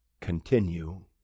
continue